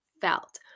felt